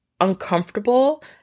uncomfortable